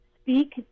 speak